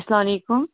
السلامُ علیکُم